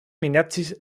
minacis